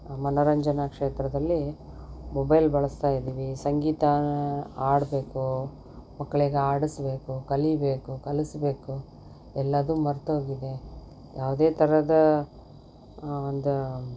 ಮನರಂಜನಾ ಕ್ಷೇತ್ರದಲ್ಲಿ ಮೊಬೈಲ್ ಬಳಸ್ತಾಯಿದ್ದೀವಿ ಸಂಗೀತ ಹಾಡ್ಬೇಕು ಮಕ್ಕಳಿಗೆ ಹಾಡಸ್ಬೇಕು ಕಲಿಬೇಕು ಕಲಿಸಬೇಕು ಎಲ್ಲದು ಮರೆತು ಹೋಗಿದೆ ಯಾವುದೇ ತರಹದ ಒಂದು